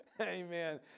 Amen